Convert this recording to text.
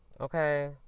Okay